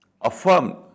affirmed